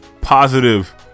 positive